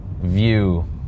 view